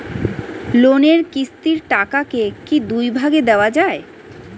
লোনের কিস্তির টাকাকে কি দুই ভাগে দেওয়া যায়?